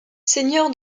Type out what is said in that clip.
seigneur